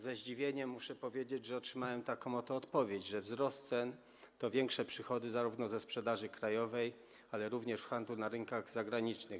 Ze zdziwieniem muszę powiedzieć, że otrzymałem taką oto odpowiedź, że wzrost cen „to większe przychody zarówno ze sprzedaży krajowej, ale również w handlu na rynkach zagranicznych.